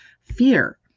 fear